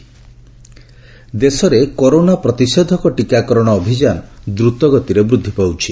Covid vaccine ଦେଶରେ corona ପ୍ରତିଷେଧକ ଟିକାକରଣ ଅଭିଯାନ ଦ୍ରତଗତିରେ ବୃଦ୍ଧି ପାଉଛି